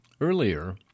Earlier